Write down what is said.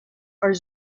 are